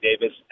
Davis